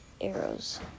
arrows